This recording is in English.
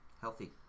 healthy